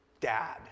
dad